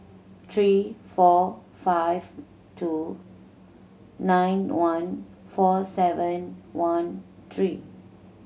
three four five two nine one four seven one three